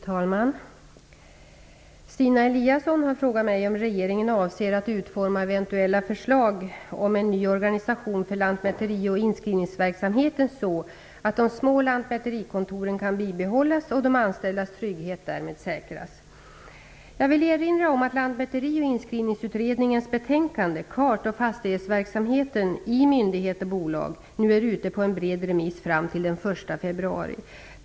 Fru talman! Stina Eliasson har frågat mig om regeringen avser att utforma eventuella förslag om en ny organisation för lantmäteri och inskrivningsverksamheten så, att de små lantmäterikontoren kan bibehållas och de anställdas trygghet därmed säkras. Jag vill erinra om att Lantmäteri och inskrivningsutredningens betänkande Kart och fastighetsverksamheten i myndighet och bolag nu är ute på en bred remiss fram till den 1 februari.